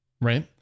Right